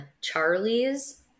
Charlie's